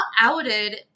outed